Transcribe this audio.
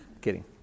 kidding